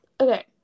Okay